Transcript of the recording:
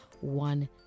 one